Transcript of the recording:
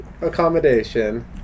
accommodation